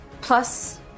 plus